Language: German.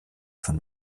von